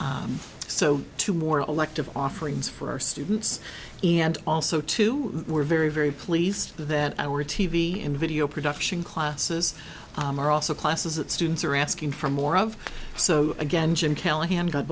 so two more elective offerings for our students and also two we're very very pleased that our t v and video production classes are also classes that students are asking for more of so again jim callaghan god